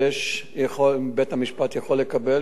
ובית-המשפט יכול לקבל ויכול לא לקבל,